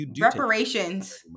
Reparations